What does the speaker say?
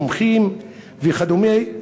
מומחים וכדומה.